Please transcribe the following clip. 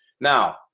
Now